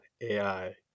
ai